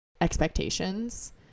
expectations